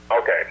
Okay